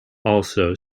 also